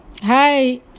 hi